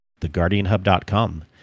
theguardianhub.com